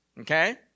okay